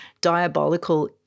diabolical